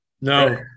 No